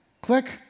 Click